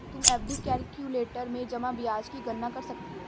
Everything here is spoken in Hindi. तुम एफ.डी कैलक्यूलेटर में जमा ब्याज की गणना कर सकती हो